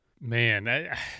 Man